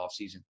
offseason